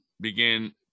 begin